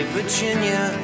Virginia